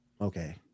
Okay